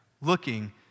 looking